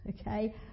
okay